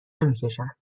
نمیکشند